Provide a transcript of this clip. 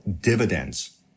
dividends